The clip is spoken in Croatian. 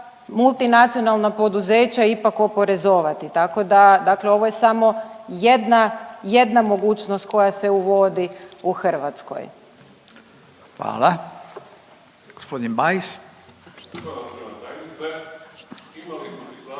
multinacionalna poduzeća ipak oporezovati, tako da dakle ovo je samo jedna mogućnost koja se uvodi u Hrvatskoj. **Radin,